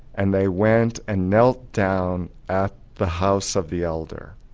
and they went and knelt down at the house of the elder,